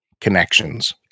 connections